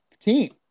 team